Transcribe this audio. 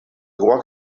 igual